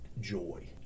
joy